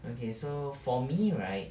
okay so for me right